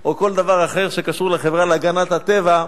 או כל דבר אחר שקשור לחברה להגנת הטבע,